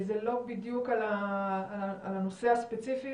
זה לא בדיוק על הנושא הספציפי,